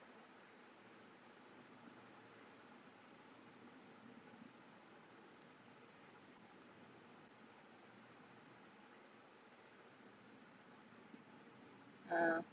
uh